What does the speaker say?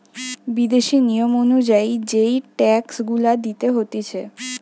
বিদেশি নিয়ম অনুযায়ী যেই ট্যাক্স গুলা দিতে হতিছে